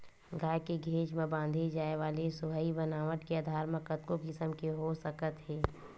गाय के घेंच म बांधे जाय वाले सोहई बनावट के आधार म कतको किसम के हो सकत हे